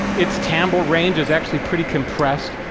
it's timbral range is actually pretty compressed,